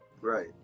Right